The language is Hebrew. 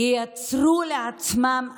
ייצרו לעצמם אשליה,